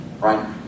Right